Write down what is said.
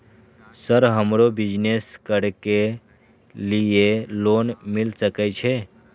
Sir हमरो business करके ली ये लोन मिल सके छे?